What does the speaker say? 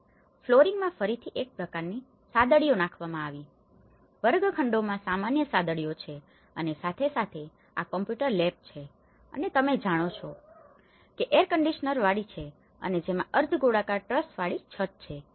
અને ફ્લોરિંગમાં ફરીથી એક પ્રકારની સાદડીઓ નાખવામાં આવી છે વર્ગખંડોમાં સામાન્ય સાદડીઓ છે અને સાથે સાથે આ કમ્પ્યુટર લેબ છે અને તમે જાણો છો કે તે એર કંડીશનરવાળીair conditioned વાતાનુકુલિત છે અને જેમાં અર્ધ ગોળાકાર ટ્રસવાળી છત હોય છે